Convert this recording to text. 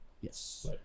Yes